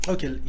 Okay